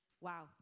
Wow